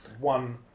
one